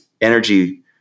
energy